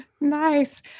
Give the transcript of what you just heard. Nice